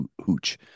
hooch